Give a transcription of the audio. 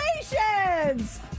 Congratulations